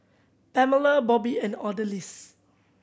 Pamela Bobbie and Odalis